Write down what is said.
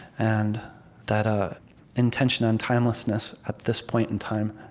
and that ah intention on timelessness, at this point in time,